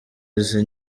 izi